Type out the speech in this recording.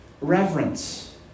reverence